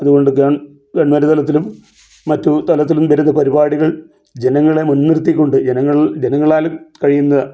അതുകൊണ്ട് govern government തലത്തിലും മറ്റു തലത്തിലും വരുന്ന പരിപാടികൾ ജനങ്ങളെ മുൻനിർത്തിക്കൊണ്ട് ജനങ്ങൾ ജനങ്ങളാലും കഴിയുന്ന